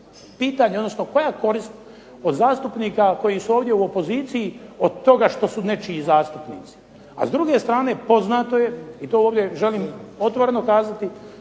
pitanje, odnosno koja je korist od zastupnika koji su ovdje u opoziciji od toga što su nečiji zastupnici? A s druge strane poznato je, i to ovdje želim otvoreno kazati,